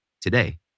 today